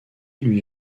lui